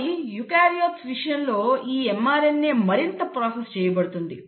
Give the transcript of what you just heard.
ఆపై యూకారియోట్ల విషయంలో ఈ mRNA మరింత ప్రాసెస్ చేయబడుతుంది